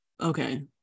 okay